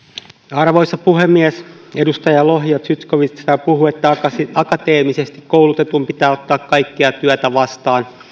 arvoisa puhemies edustajat lohi ja zyskowicz puhuivat että akateemisesti koulutetun pitää ottaa kaikkea työtä vastaan